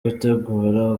gutegura